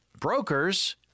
brokers